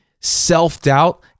self-doubt